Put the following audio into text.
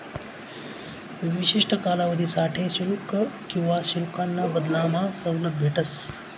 विशिष्ठ कालावधीसाठे शुल्क किवा शुल्काना बदलामा सवलत भेटस